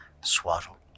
swaddle